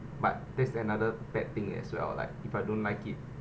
that's another bad thing as well like if I don't like it